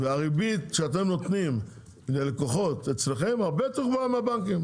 הריבית שאתם נותנים ללקוחות אצלכם היא הרבה יותר גבוהה מהבנקים.